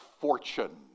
fortune